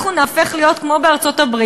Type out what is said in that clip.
אנחנו נהפוך להיות כמו בארצות-הברית,